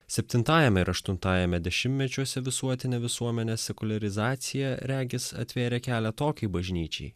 septintajame ir aštuntajame dešimtmečiuose visuotinė visuomenės sekuliarizacija regis atvėrė kelią tokiai bažnyčiai